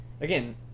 again